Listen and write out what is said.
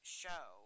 show